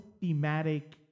thematic